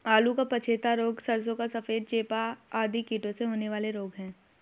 आलू का पछेता रोग, सरसों का सफेद चेपा आदि कीटों से होने वाले रोग हैं